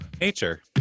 nature